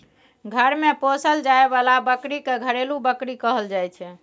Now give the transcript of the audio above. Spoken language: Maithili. घर मे पोसल जाए बला बकरी के घरेलू बकरी कहल जाइ छै